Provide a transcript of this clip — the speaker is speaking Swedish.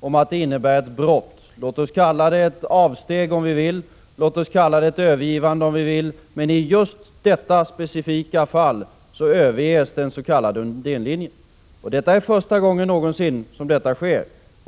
om att det här innebär ett brott, låt oss kalla det ett avsteg eller ett övergivande om vi så vill. Men i just detta specifika fall överges den s.k. Undénlinjen, och det är första gången som det sker.